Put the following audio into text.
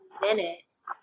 minutes